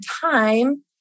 time